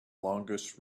longest